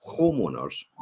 homeowners